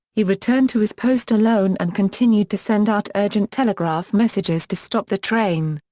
he returned to his post alone and continued to send out urgent telegraph messages to stop the train.